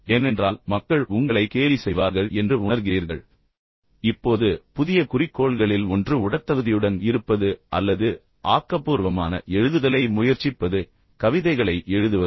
ஏனென்றால் மக்கள் உங்களை கேலி செய்வார்கள் என்று நீங்கள் உணர்கிறீர்கள் இப்போது புதிய குறிக்கோள்களில் ஒன்று உடற்தகுதியுடன் இருப்பது அல்லது ஆக்கபூர்வமான எழுதுதலை முயற்சிப்பது கவிதைகளை எழுதுவது